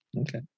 Okay